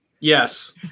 Yes